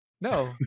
No